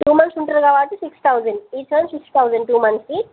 two months ఉంటారు కాబట్టి six thousand each one six thousand two మంత్స్కి